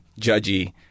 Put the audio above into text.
judgy